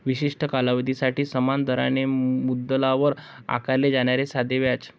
विशिष्ट कालावधीसाठी समान दराने मुद्दलावर आकारले जाणारे साधे व्याज